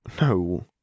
No